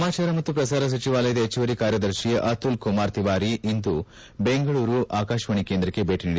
ಸಮಾಜಾರ ಮತ್ತು ಪ್ರಸಾರ ಸಚಿವಾಲಯದ ಹೆಚ್ಚುವರಿ ಕಾರ್ಯದರ್ಶಿ ಆತುಲ್ ಕುಮಾರ್ ತಿವಾರಿ ಅವರು ಇಂದು ಬೆಂಗಳೂರು ಆಕಾಶವಾಣಿ ಕೇಂದ್ರಕ್ಕೆ ಭೇಟಿ ನೀಡಿದ್ದರು